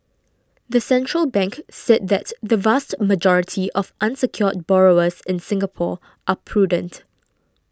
the central bank said that the vast majority of unsecured borrowers in Singapore are prudent